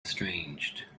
estranged